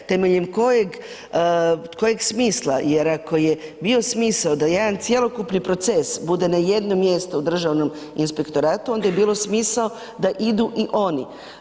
Temeljem kojeg smisla jer ako je bio smisao da jedan cjelokupni proces bude na jednom mjestu u Državnom inspektoratu, onda je bi bilo smisao da idu i oni.